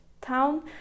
town